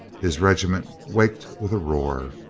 his regiment waked with a roar.